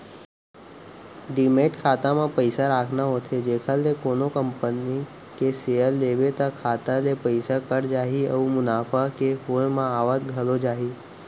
demat खाता म पइसा राखना होथे जेखर ले कोनो कंपनी के सेयर लेबे त खाता ले पइसा कट जाही अउ मुनाफा के होय म आवत घलौ जाही